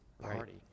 party